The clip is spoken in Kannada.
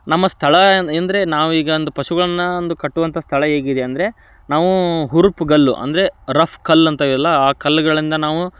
ನಮ್ಮ ಸ್ಥಳ ಎಂ ಎಂದರೆ ನಾವೀಗ ಒಂದು ಪಶುಗಳನ್ನು ಒಂದು ಕಟ್ಟುವಂತ ಸ್ಥಳ ಹೇಗಿದೆ ಅಂದರೆ ನಾವು ಹುರುಪು ಕಲ್ಲು ಅಂದರೆ ರಫ್ ಕಲ್ಲಂತ ಇಲ್ಲ ಆ ಕಲ್ಲುಗಳಿಂದ ನಾವು